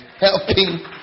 helping